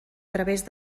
través